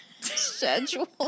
Schedule